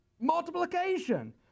multiplication